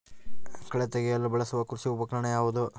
ಕಳೆ ತೆಗೆಯಲು ಬಳಸುವ ಕೃಷಿ ಉಪಕರಣ ಯಾವುದು?